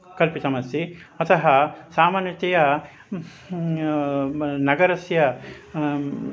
कल्पितमस्ति अतः सामान्यतया नगरस्य